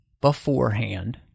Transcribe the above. beforehand